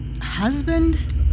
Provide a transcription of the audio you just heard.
husband